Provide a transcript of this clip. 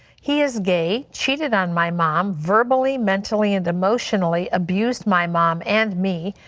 he is gay, cheated on my mom, verbally, mentally and emotionally abused my mom and me.